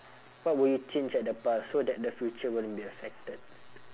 what would you change at the past so that the future wouldn't be affected